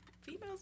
females